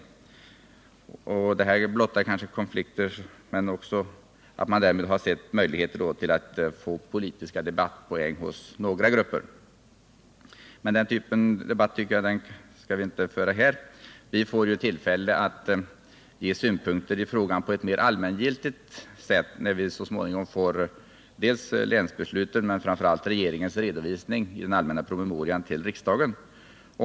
Eftersom detta blottar konflikter, kanske man också därmed sett möjligheter till politiska debattpoänger hos vissa grupper. Men den typen av debatt tycker jag inte att vi skall föra här. Vi får tillfälle att ge synpunkter i frågan på ett mer allmängiltigt sätt när vi så småningom får se dels länsbesluten, dels och framför allt regeringens redovisning iden allmänna promemorian till riksdagen.